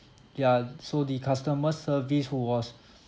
ya so the customer service who was